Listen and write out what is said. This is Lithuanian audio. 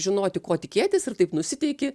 žinoti ko tikėtis ir taip nusiteiki